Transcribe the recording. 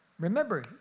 Remember